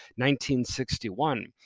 1961